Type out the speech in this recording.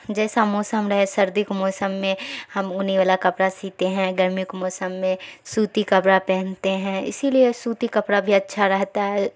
جیسا موسم رہے سردی کے موسم میں ہم اونی والا کپڑا سیتے ہیں گرمی کے موسم میں سوتی کپڑا پہنتے ہیں اسی لیے سوتی کپڑا بھی اچھا رہتا ہے